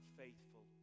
faithful